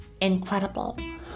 incredible